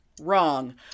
Wrong